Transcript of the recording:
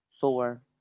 Four